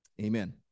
amen